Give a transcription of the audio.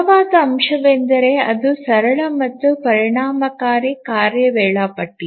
ಬಲವಾದ ಅಂಶವೆಂದರೆ ಅದು ಸರಳ ಮತ್ತು ಪರಿಣಾಮಕಾರಿ ಕಾರ್ಯ ವೇಳಾಪಟ್ಟಿ